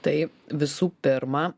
tai visų pirma